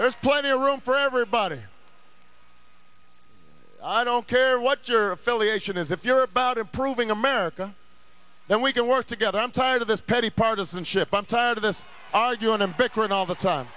there's plenty of room for everybody i don't care what your filiation is if you're about improving america then we can work together i'm tired of this petty partisanship i'm tired of this arguing and bickering all the time